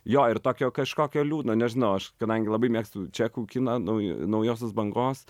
jo ir tokio kažkokia liūdna nežinau aš kadangi labai mėgstu čekų kiną nauj naujosios bangos